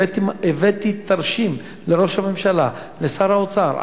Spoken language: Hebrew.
הבאתי תרשים לראש הממשלה ושר האוצר,